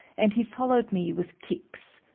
and he followed me with kicks.